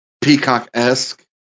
peacock-esque